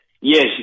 yes